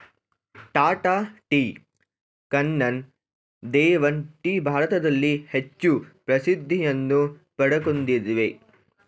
Tata tea, Kannan Devan tea ಭಾರತದಲ್ಲಿ ಹೆಚ್ಚು ಪ್ರಸಿದ್ಧಿಯನ್ನು ಪಡಕೊಂಡಿವೆ